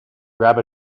grab